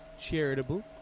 charitable